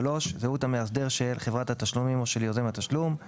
זהות המאסדר של חברת התשלומים או של יוזם התשלום;